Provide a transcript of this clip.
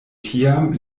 tiam